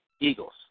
Eagles